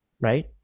right